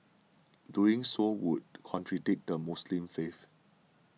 doing so would contradict the Muslim faith